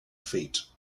feet